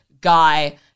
guy